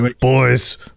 boys